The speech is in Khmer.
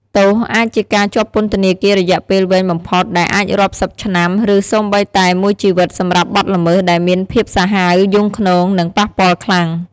ទោសអាចជាការជាប់ពន្ធនាគាររយៈពេលវែងបំផុតដែលអាចរាប់សិបឆ្នាំ ឬសូម្បីតែ មួយជីវិតសម្រាប់បទល្មើសដែលមានភាពសាហាវយង់ឃ្នង និងប៉ះពាល់ខ្លាំង។